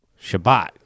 Shabbat